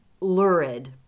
lurid